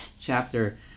chapter